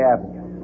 Avenue